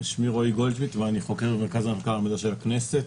אני חוקר במרכז המחקר והמידע של הכנסת.